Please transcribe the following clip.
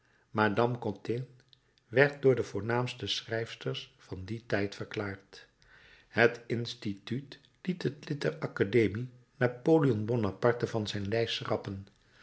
madame cottin werd voor de voornaamste schrijfster van dien tijd verklaard het instituut liet het lid der academie napoleon bonaparte van zijn